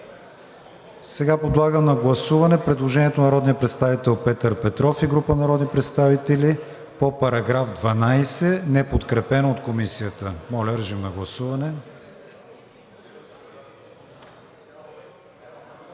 Сега подлагам на гласуване предложението на народния представител Петър Петров и група народни представители по § 12, неподкрепено от Комисията. Гласували